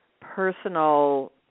personal